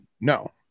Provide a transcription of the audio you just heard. No